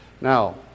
Now